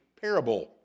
parable